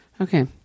Okay